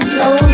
Slow